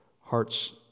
hearts